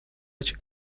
açık